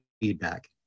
feedback